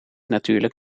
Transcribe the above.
natuurlijk